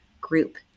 group